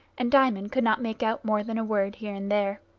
and diamond could not make out more than a word here and there.